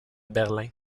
berlin